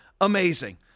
amazing